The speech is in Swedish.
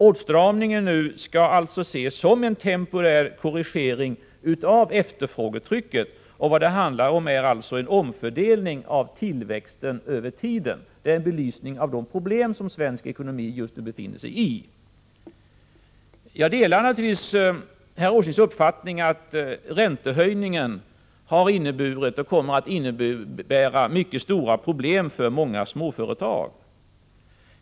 Åtstramningen nu skall ses som en temporär korrigering av efterfrågetrycket— vad det handlar om är alltså en omfördelning av tillväxten över tiden. — Detta är en belysning av de problem som svensk ekonomi just nu befinner sig i. Jag delar naturligtvis herr Åslings uppfattning att räntehöjningen har inneburit och kommer att innebära mycket stora problem för många småföretag.